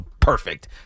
perfect